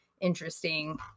interesting